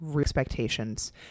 expectations